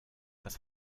dass